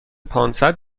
پانصد